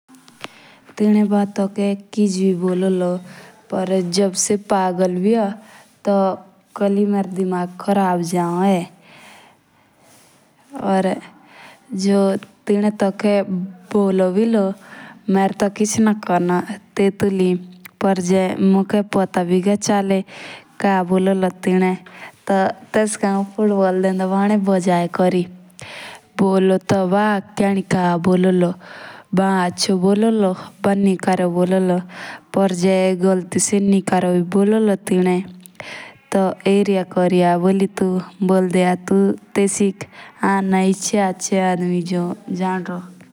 तिने बा थूखे किच भी बोलो लो पीआर जेबी से पगली भी होन तो कोली मेरा दिमाग खराब हो गया। या जो तिन्हे थोके बोलो भी लो तो मेर तो किच ना कोर्नो तेथु लेई। पीआर जे मुंखे पोता भी जा चले का बोलो लो थीन एस्का फुटबॉल ढेंडी भानी बजाये भजाये कोरी।